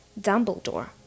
Dumbledore